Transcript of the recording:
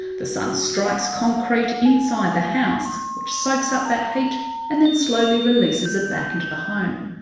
the sun strikes concrete inside the house, which soaks up that heat and then slowly releases it back into the home.